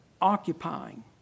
occupying